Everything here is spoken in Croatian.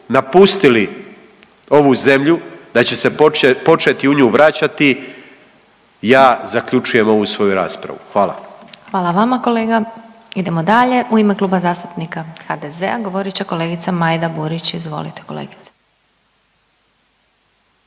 napustili ovu zemlju da će se početi u nju vraćati ja zaključujem ovu svoju raspravu. Hvala. **Glasovac, Sabina (SDP)** Hvala vama kolega. Idemo dalje, u ime Kluba zastupnika HDZ-a govorit će kolegica Majda Burić, izvolite kolegice.